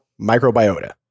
microbiota